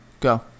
go